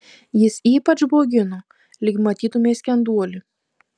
jis ypač baugino lyg matytumei skenduolį